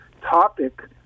topic